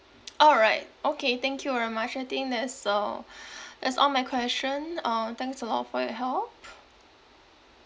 all right okay thank you very much I think that's all that's all my question uh thanks a lot for your help